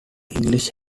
english